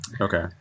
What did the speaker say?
Okay